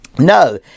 No